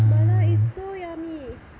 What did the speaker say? mala is so yummy